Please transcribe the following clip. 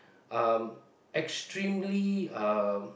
um extremely uh